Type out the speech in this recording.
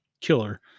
killer